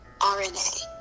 RNA